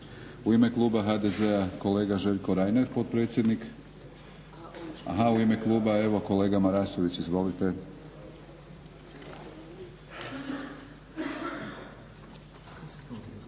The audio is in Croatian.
U ime kluba HDZ-a kolega Željko Reiner, aha u ime kluba evo kolega Marasović. Izvolite.